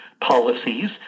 policies